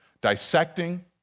dissecting